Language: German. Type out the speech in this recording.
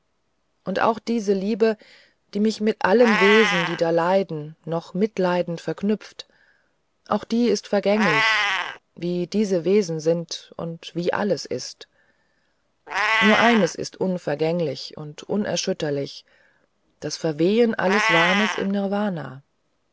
und auch diese liebe die mich mit allen wesen die da leiden noch mitleidend verknüpft auch die ist vergänglich wie diese wesen sind und wie alles ist nur eines ist unvergänglich und unerschütterlich das verwehen alles wahnes im nirvana